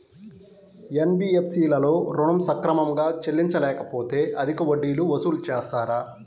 NBFC లలో ఋణం సక్రమంగా చెల్లించలేకపోతె అధిక వడ్డీలు వసూలు చేస్తారా?